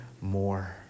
more